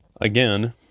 again